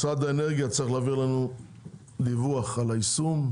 משרד האנרגיה צריך להעביר לנו דיווח על היישום.